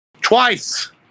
Twice